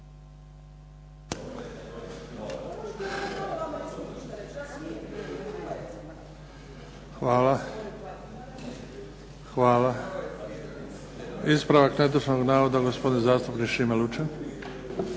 (HDZ)** Hvala. Ispravak netočnog navoda gospodin zastupnik Šime Lučin.